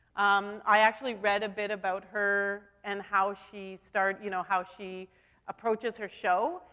um, i actually read a bit about her and how she star you know, how she approaches her show.